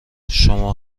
شما